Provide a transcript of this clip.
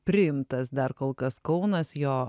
priimtas dar kol kas kaunas jo